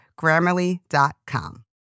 Grammarly.com